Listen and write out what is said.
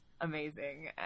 amazing